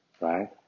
right